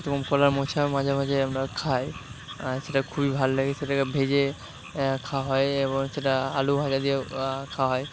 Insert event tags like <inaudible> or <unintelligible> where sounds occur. <unintelligible> কলার মোচা মাঝে মাঝে আমরা খাই আর সেটা খুবই ভাল লাগে সেটাকে ভেজে খাওয়া হয় এবং সেটা আলুভাজা দিয়েও খাওয়া হয়